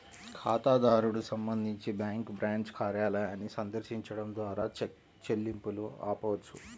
ఖాతాదారుడు సంబంధించి bank branch కార్యాలయాన్ని సందర్శించడం ద్వారా చెక్ చెల్లింపును ఆపవచ్చు